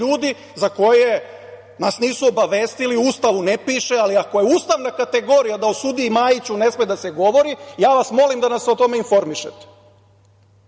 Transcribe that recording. ljudi za koje nas nisu obavestili, u Ustavu ne piše, ali ako je ustavna kategorija da o sudiji Majiću ne sme da se govori, ja vas molim da nas o tome informišete,